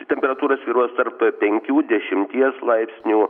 temperatūra svyruos tarp penkių dešimties laipsnių